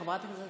חברת הכנסת